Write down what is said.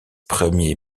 premier